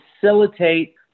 facilitate